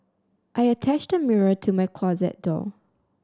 I attached a mirror to my closet door